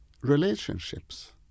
Relationships